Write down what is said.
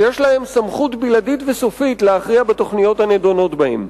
שיש להן סמכות בלעדית וסופית להכריע בתוכניות הנדונות בהן.